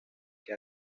que